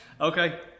okay